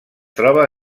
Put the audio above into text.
troba